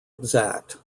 exact